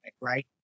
right